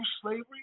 slavery